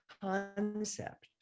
concept